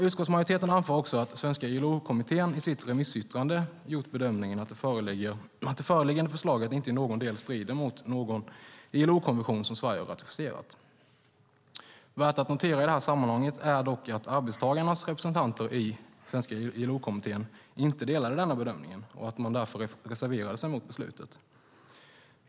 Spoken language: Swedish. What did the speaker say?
Utskottsmajoriteten anför också att svenska ILO-kommittén i sitt remissyttrande gjort bedömningen att det föreliggande förslaget inte i någon del strider mot någon ILO-konvention som Sverige har ratificerat. Värt att notera i detta sammanhang är dock att arbetstagarnas representanter i svenska ILO-kommittén inte delade denna bedömning och därför reserverade sig mot beslutet.